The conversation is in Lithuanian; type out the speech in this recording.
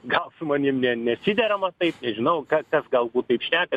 gal su manim ne nesiderama taip nežinau kas kas galbūt taip šneka